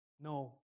No